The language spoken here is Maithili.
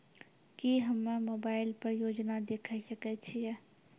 की हम्मे मोबाइल पर योजना देखय सकय छियै?